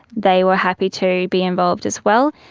they were happy to be involved as well,